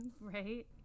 right